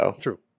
True